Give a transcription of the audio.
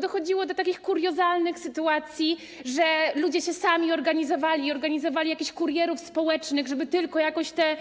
Dochodziło do takich kuriozalnych sytuacji, że ludzie się sami organizowali i organizowali jakichś kurierów społecznych, żeby tylko jakoś te